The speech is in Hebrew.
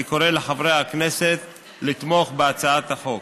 אני קורא לחברי הכנסת לתמוך בהצעת החוק.